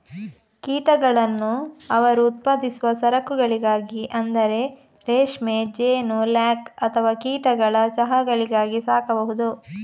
ಕೀಟಗಳನ್ನು ಅವರು ಉತ್ಪಾದಿಸುವ ಸರಕುಗಳಿಗಾಗಿ ಅಂದರೆ ರೇಷ್ಮೆ, ಜೇನು, ಲ್ಯಾಕ್ ಅಥವಾ ಕೀಟಗಳ ಚಹಾಗಳಿಗಾಗಿ ಸಾಕಬಹುದು